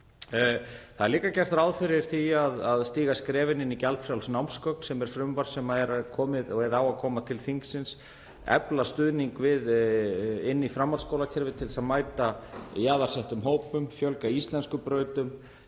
er gert ráð fyrir því að stíga skref inn í gjaldfrjáls námsgögn sem er frumvarp sem á að koma til þingsins, efla stuðning inn í framhaldsskólakerfið til að mæta jaðarsettum hópum, fjölga íslenskubrautum